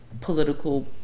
political